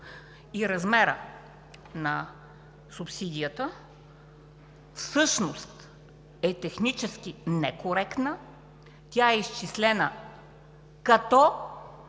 Размерът на субсидията всъщност е технически некоректен. Тя е изчислена, като